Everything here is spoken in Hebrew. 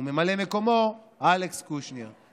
וממלא מקומו: אלכס קושניר,